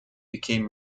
became